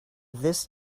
this